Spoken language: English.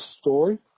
story